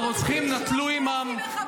--- מחבלים עם גרזנים.